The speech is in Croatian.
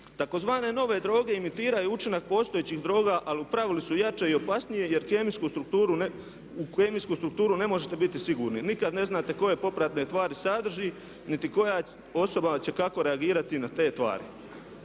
Tzv. nove droge imitiraju učinak postojećih droga ali u pravilu su jače i opasnije jer u kemijsku strukturu ne možete biti sigurni jer nikad ne znate koje popratne tvari sadrži niti koja osoba će kako reagirati na te tvari.